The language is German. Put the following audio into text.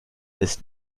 ist